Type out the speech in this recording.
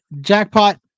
jackpot